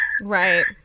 Right